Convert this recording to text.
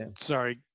sorry